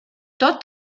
dort